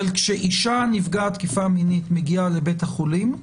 אבל כשאישה נפגעת תקיפה מינית מגיעה לבית החולים,